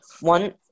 One